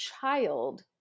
child